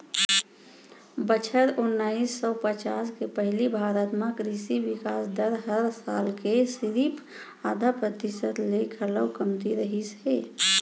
बछर ओनाइस सौ पचास के पहिली भारत म कृसि बिकास दर हर साल के सिरिफ आधा परतिसत ले घलौ कमती रहिस हे